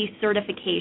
certification